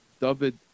David